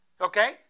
Okay